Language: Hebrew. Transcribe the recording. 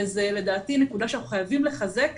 וזה לדעתי נקודה שאנחנו חייבים לחזק